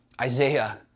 Isaiah